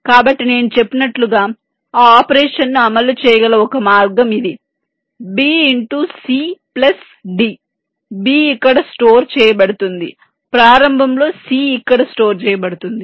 కాబట్టి నేను చెప్పినట్లుగా ఆ ఆపరేషన్ను అమలు చేయగల ఒక మార్గం ఇది b × cd b ఇక్కడ స్టోర్ చేయబడుతుంది ప్రారంభంలో c ఇక్కడ స్టోర్ చేయబడుతుంది